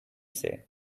say